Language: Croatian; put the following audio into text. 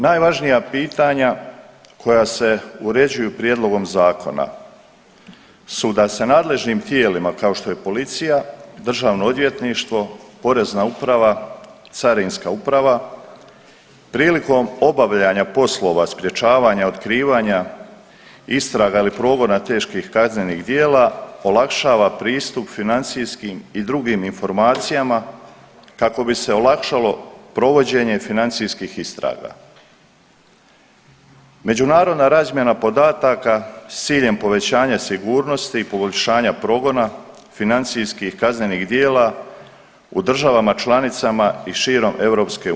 Najvažnija pitanja koja se uređuju prijedlogom zakona su da se nadležnim tijelima kao što je policija, državno odvjetništvo, porezna uprava, carinska uprava, prilikom obavljanja poslova sprječavanja, otkrivanja, istraga ili progona teških kaznenih djela olakšava pristup financijskim i drugim informacijama kako bi se olakšalo provođenje financijskih istraga, međunarodna razmjena podataka s ciljem povećanja sigurnosti i poboljšanja progona financijskih kaznenih djela u državama članicama i širom EU.